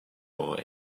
all